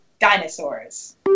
Dinosaurs